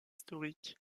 historiques